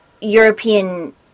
European